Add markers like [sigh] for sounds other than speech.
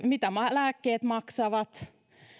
[unintelligible] mitä lääkkeet maksavat